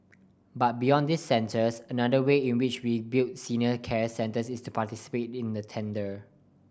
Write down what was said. but beyond these centres another way in which we build senior care centres is to participate in a tender